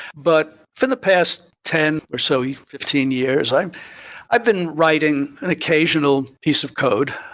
but for the past ten or so, yeah fifteen years, i've i've been writing an occasional piece of code,